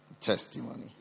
Testimony